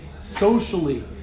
socially